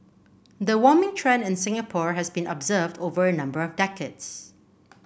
the warming trend in Singapore has been observed over a number of decades